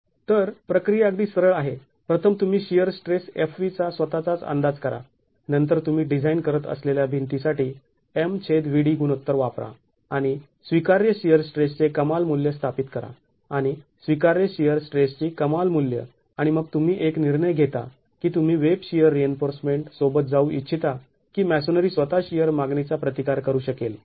तर प्रक्रिया अगदी सरळ आहे प्रथम तुम्ही शिअर स्ट्रेस fv चा स्वतःचाच अंदाज करा नंतर तुम्ही डिझाईन करत असलेल्या भिंतीसाठी MVd गुणोत्तर वापरा आणि स्वीकार्य शिअर स्ट्रेसचे कमाल मूल्य स्थापित करा आणि स्वीकार्य शिअर्स स्ट्रेसची कमाल मूल्य आणि मग तुम्ही एक निर्णय घेता की तुम्ही वेब शिअर रिइन्फोर्समेंट सोबत जाऊ इच्छिता की मॅसोनरी स्वतः शिअर मागणीचा प्रतिकार करू शकेल